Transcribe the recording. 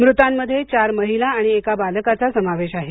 मृतांमध्ये चार महिला आणि एका बालकाचा समावेश आहे